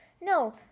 no